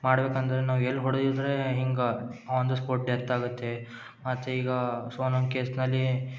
ಮಾಡ್ಬೇಕಂದರೆ ನಾವು ಎಲ್ಲಿ ಹೊಡೆದ್ರೆ ಹಿಂಗೆ ಆನ್ ದ ಸ್ಪಾಟ್ ಡೆತ್ ಆಗುತ್ತೆ ಮತ್ತು ಈಗ ಒಂದೊಂದು ಕೇಸ್ನಲ್ಲೀ